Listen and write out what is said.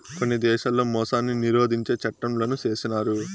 కొన్ని దేశాల్లో మోసాన్ని నిరోధించే చట్టంలను చేసినారు